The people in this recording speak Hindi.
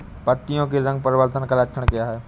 पत्तियों के रंग परिवर्तन का लक्षण क्या है?